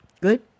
Good